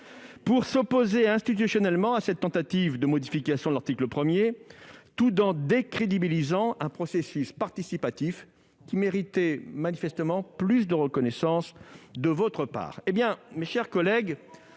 pour s'opposer institutionnellement à cette tentative de modification de l'article 1, tout en décrédibilisant un processus participatif qui méritait manifestement plus de reconnaissance de votre part. Devant cette